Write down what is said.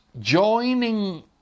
joining